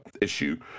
Issue